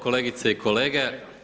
Kolegice i kolege.